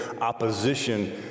opposition